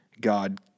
God